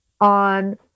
on